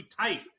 tight